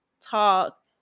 talk